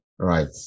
Right